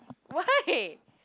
why